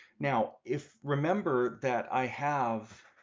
now if remember that i have